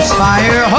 Fire